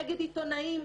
נגד עיתונאים,